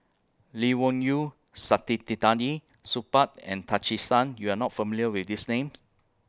Lee Wung Yew Saktiandi Supaat and Tan Che Sang YOU Are not familiar with These Names